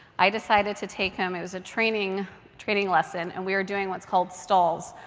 i decided to take him it was a training training lesson. and we are doing what's called stalls,